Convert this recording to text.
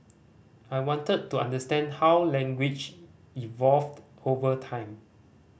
I wanted to understand how language evolved over time